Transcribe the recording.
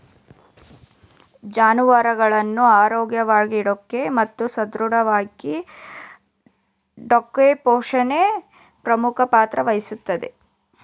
ಜಾನುವಾರುಗಳನ್ನ ಆರೋಗ್ಯವಾಗಿಡೋಕೆ ಮತ್ತು ಸದೃಢವಾಗಿಡೋಕೆಪೋಷಣೆ ಪ್ರಮುಖ ಪಾತ್ರ ವಹಿಸ್ತದೆ